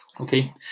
Okay